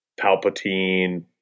Palpatine